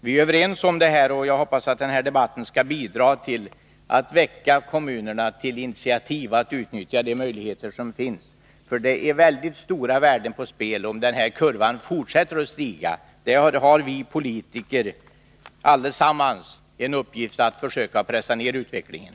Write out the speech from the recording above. Vi är överens, och jag hoppas att den här debatten skall bidra till att väcka kommunerna till initiativ, så att de utnyttjar de möjligheter som finns. Det står mycket stora värden på spel, om kurvan fortsätter att stiga. Alla vi politiker har en uppgift när det gäller att stoppa den här utvecklingen.